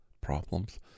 problems